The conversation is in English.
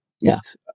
yes